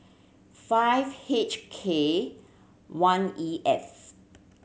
five H K one E F